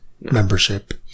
membership